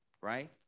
right